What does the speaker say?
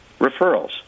referrals